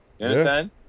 understand